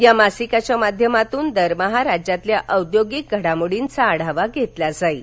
या मासिकाच्या माध्यमातून दरमहा राज्यातील औद्योगिक घडामोडींचा आढावा घेतला जाईल